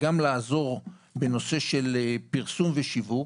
וגם לעזור בנושא של פרסום ושיווק.